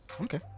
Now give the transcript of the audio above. Okay